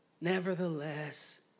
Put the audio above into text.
Nevertheless